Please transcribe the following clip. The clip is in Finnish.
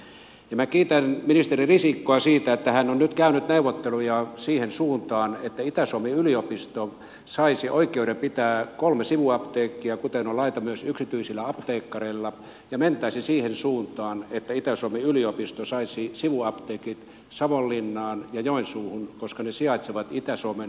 minä kiitän ministeri risikkoa siitä että hän on nyt käynyt neuvotteluja siihen suuntaan että itä suomen yliopisto saisi oikeuden pitää kolmea sivuapteekkia kuten on laita myös yksityisillä apteekkareilla ja mentäisiin siihen suuntaan että itä suomen yliopisto saisi sivuapteekit savonlinnaan ja joensuuhun koska ne sijaitsevat itä suomen